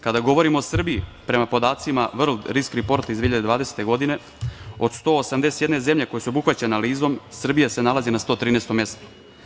Kada govorimo o Srbiji, prema podacima „World Risk Riport“ iz 2020. godine, od 181 zemlje koje su obuhvaćene analizom, Srbija se nalazi na 113 mestu.